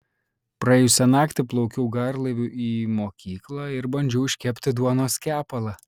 praėjusią naktį plaukiau garlaiviu į mokyklą ir bandžiau iškepti duonos kepalą